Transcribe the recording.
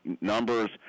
numbers